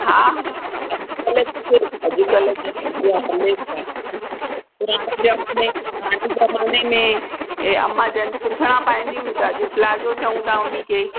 हा हा अॼकल्ह जेके अॼकल्ह जी डिजाइन हले थी पुराणे जमाने पुराणे ज़माने में अम्मा जन सुथड़ा पाईंदियूं हुइयूं त अॼ प्लाजो चऊं था उनखे